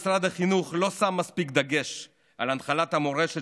משרד החינוך לא שם מספיק דגש על הנחלת המורשת